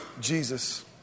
Jesus